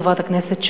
חברת הכנסת,